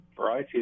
variety